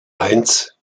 eins